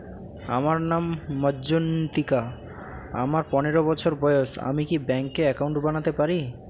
আমার নাম মজ্ঝন্তিকা, আমার পনেরো বছর বয়স, আমি কি ব্যঙ্কে একাউন্ট বানাতে পারি?